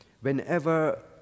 whenever